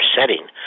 setting